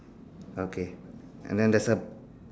okay and then there's a